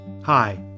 Hi